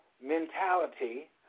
mentality